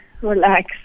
relax